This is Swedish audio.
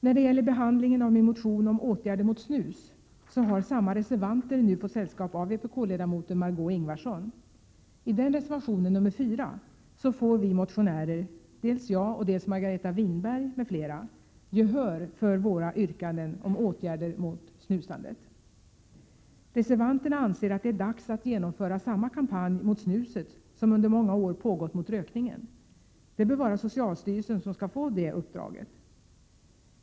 När det gäller behandlingen av min motion om åtgärder mot snus har samma reservanter nu fått sällskap av vpk-ledamoten Marg6ö Ingvardsson. I den reservationen, nr 4, får vi motionärer — dels jag, dels Margareta Winberg m.fl. — gehör för våra yrkanden om åtgärder mot snusandet. Reservanterna anser att det är dags att genomföra samma kampanj mot snuset som under många år pågått mot rökningen. Och det bör vara socialstyrelsen som skall få det uppdraget.